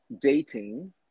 dating